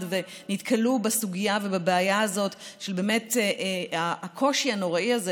ונתקלו בסוגיה ובבעיה של הקושי הנוראי הזה,